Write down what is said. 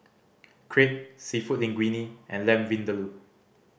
Crepe Seafood Linguine and Lamb Vindaloo